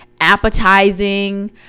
appetizing